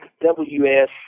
W-S